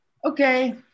Okay